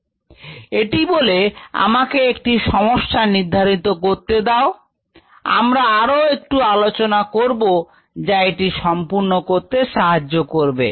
1ln xx0t0t এটি বলে আমাকে একটি সমস্যা নির্ধারিত করতে দাও আমরা আরও একটু আলোচনা করব যা এটি সম্পূর্ণ করতে সাহায্য করবে